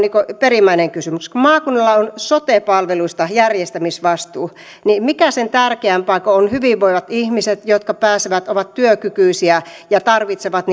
perimmäinen kysymys kun maakunnilla on sote palveluista järjestämisvastuu niin mikä on sen tärkeämpää kuin se että on hyvinvoivat ihmiset jotka ovat työkykyisiä ja tarvitsevat